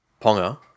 Ponga